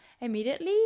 immediately